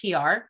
PR